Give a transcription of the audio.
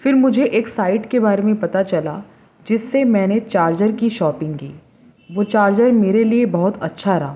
پھر مجھے ایک سائٹ کے بارے میں پتہ چلا جس سے میں نے چارجر کی شاپنگ کی وہ چارجر میرے لیے بہت اچھا رہا